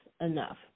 enough